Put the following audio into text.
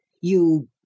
You